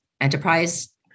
enterprise